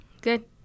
Good